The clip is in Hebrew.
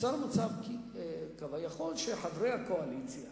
ונוצר מצב כביכול, שחברי הקואליציה